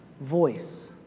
voice